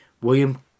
William